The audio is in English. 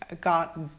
got